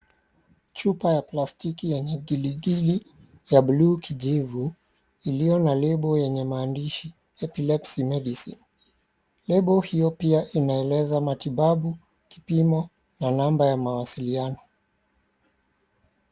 Chupa ya plastiki yenye giligili ya buluu kijivu, iliyo na lebo yenye maandishi Epilepsy Medicine[𝑐𝑠]. Lebo hio pia inaeleza matibabu, kipimo, na namba ya mawasiliano.